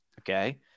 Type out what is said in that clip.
Okay